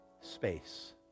Space